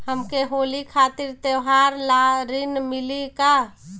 हमके होली खातिर त्योहार ला ऋण मिली का?